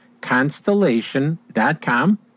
constellation.com